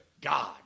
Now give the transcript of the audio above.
God